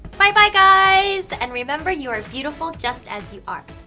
bye-bye guys, and remember you are beautiful just as you are.